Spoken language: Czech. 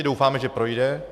Doufáme, že projde.